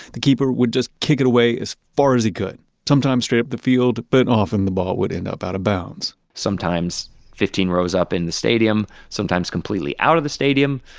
the keeper would just kick it away as far as he could, sometimes straight up the field but often the ball would end up out of bounds sometimes fifteen rows up in the stadium, sometimes completely out of the stadium.